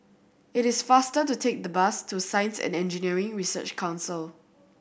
it is faster to take the bus to Science and Engineering Research Council